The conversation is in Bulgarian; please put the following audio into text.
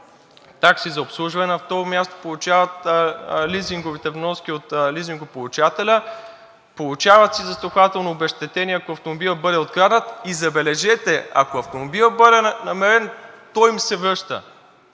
такси за обслужване, на второ място получават лизинговите вноски от лизингополучателя, получават си застрахователно обезщетение, ако автомобилът бъде откраднат, и забележете, ако автомобилът бъде намерен, той им се връща.“